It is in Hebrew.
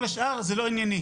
כל השאר "זה לא ענייני",